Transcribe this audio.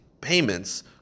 payments